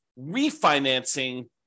refinancing